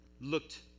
looked